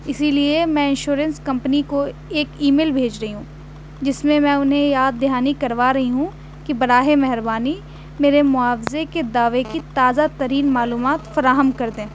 اسی لیے میں انشورنس کمپنی کو ایک ای میل بھیج رہی ہوں جس میں میں انہیں یاد دہانی کروا رہی ہوں کہ براہ مہربانی میرے معاوضے کے دعوے کی تازہ ترین معلومات فراہم کر دیں